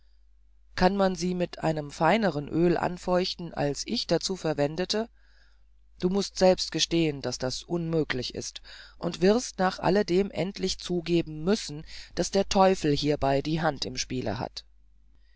kann man sie mit einem feineren oel anfeuchten als ich dazu verwendete du mußt selbst gestehen daß das unmöglich ist und wirst nach alledem endlich zu geben müssen daß der teufel hierbei die hand im spiele hat